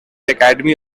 academy